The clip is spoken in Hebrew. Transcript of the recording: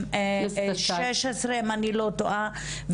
אם אני לא טועה,